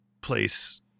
place